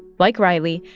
like riley,